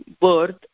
birth